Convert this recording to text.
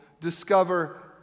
discover